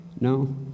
No